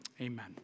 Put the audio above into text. Amen